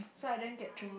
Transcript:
so I didn't get through